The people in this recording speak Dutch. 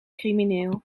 crimineel